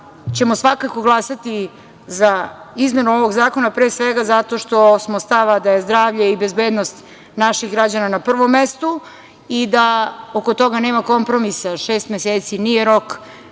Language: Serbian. ćemo svakako glasati za izmenu ovog Zakona, pre svega, zato što smo stava da je zdravlje i bezbednost naših građana na prvom mestu i da oko toga nema kompromisa, šest meseci nije rok